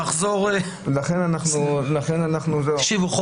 נחזור --- לכן אנחנו --- תקשיבו,